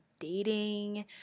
dating